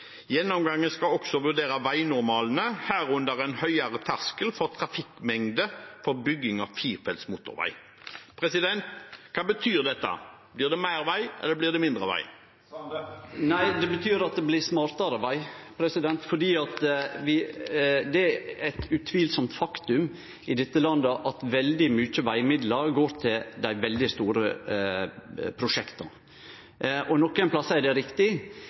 Gjennomgangen skal også vurdere veinormalene, herunder en høyere terskel for trafikkmengde for bygging av firefelts motorveier.» Hva betyr dette? Blir det mer vei, eller blir det mindre vei? Det betyr at det blir smartare veg, for det er eit utvilsamt faktum i dette landet at veldig mykje vegmidlar går til dei veldig store prosjekta. Nokre plassar er det riktig,